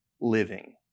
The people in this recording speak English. Living